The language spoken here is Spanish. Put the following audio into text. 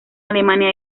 alemania